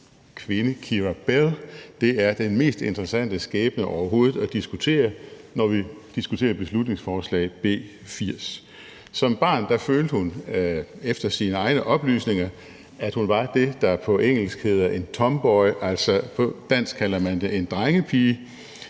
kvinde Keira Bell er den mest interessante skæbne overhovedet at diskutere, når vi diskuterer beslutningsforslag nr. B 80. Som barn følte hun efter sine egne oplysninger, at hun var det, der på engelsk hedder en tomboy – det, som man på dansk kalder en drengepige.